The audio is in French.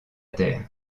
terre